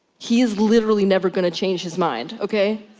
he is literally never gonna change his mind ok?